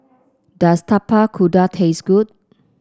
does Tapak Kuda taste good